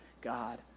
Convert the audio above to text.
God